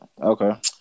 Okay